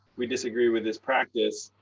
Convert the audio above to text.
we disagree with this practice,